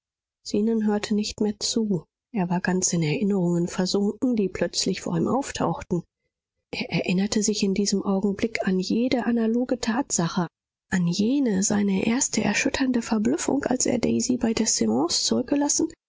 zenon hörte nicht mehr zu er war ganz in erinnerungen versunken die plötzlich vor ihm auftauchten er erinnerte sich in diesem augenblick an jede analoge tatsache an jene seine erste erschütternde verblüffung als er daisy bei der seance zurückgelassen